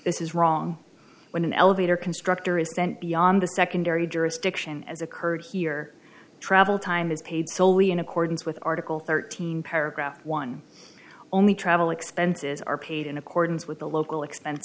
this is wrong when an elevator constructor is sent beyond the secondary jurisdiction as occurred here travel time is paid soley in accordance with article thirteen paragraph one only travel expenses are paid in accordance with the local expense